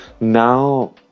Now